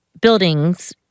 buildings